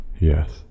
Yes